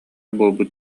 буолбут